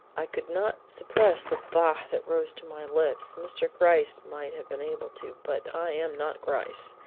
i could not suppress the bah! that rose to my lips. mr. gryce might have been able to, but i am not gryce.